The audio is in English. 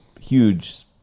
huge